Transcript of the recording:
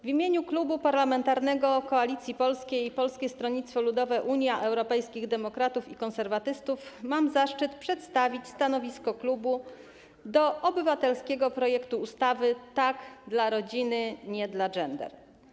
W imieniu Klubu Parlamentarnego Koalicja Polska - Polskie Stronnictwo Ludowe, Unia Europejskich Demokratów, Konserwatyści mam zaszczyt przedstawić stanowisko klubu w sprawie obywatelskiego projektu ustawy „Tak dla rodziny, nie dla gender”